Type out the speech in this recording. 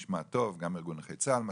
גם ארגון נכי צה"ל מסכים,